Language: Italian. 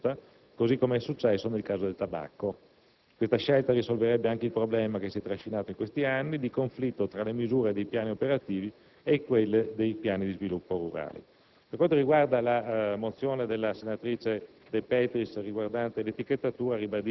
In questo caso, il *budget*, inserito nel piano di sviluppo rurale, rimarrebbe «dedicato» all'ortofrutta, così come è accaduto nel caso del tabacco. Questa scelta risolverebbe anche il problema, che si è trascinato negli ultimi anni, di conflitto tra le misure dei piani operativi e quelle dei piani di sviluppo rurale.